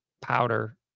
powder